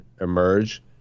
emerge